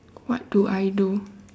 what do I do